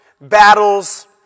battles